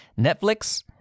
Netflix